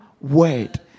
word